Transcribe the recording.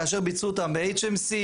כאשר ביצעו אותם ב-HMC,